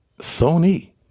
Sony